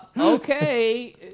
Okay